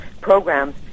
programs